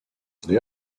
the